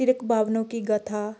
ਤਿਰਕ ਬਾਵਨੋ ਕੀ ਗਾਥਾ